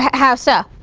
how so?